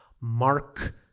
Mark